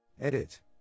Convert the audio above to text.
Edit